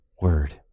word